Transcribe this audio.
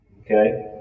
Okay